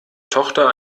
tochter